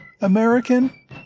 American